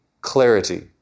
clarity